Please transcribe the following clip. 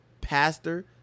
pastor